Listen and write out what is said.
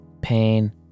pain